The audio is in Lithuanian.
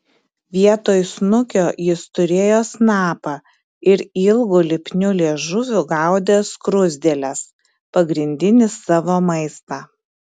vietoj snukio jis turėjo snapą ir ilgu lipniu liežuviu gaudė skruzdėles pagrindinį savo maistą